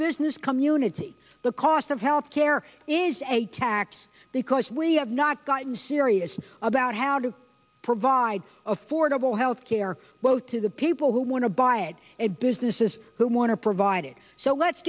business community the cost of health care is a tax because we have not gotten serious about how to provide affordable health care both to the people who want to buy it and businesses who want to provide it so let's